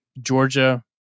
Georgia